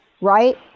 right